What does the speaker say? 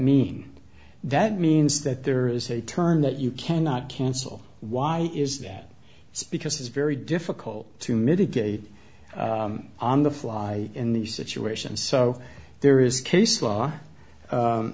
mean that means that there is a term that you cannot cancel why is that so because it is very difficult to mitigate on the fly in these situations so there is case law